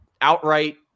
outright